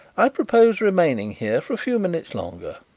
i propose remaining here for a few minutes longer.